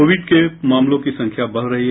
Covid के मामलों की संख्या बढ़ रही है